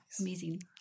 Amazing